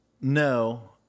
No